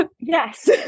Yes